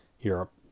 Europe